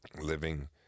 living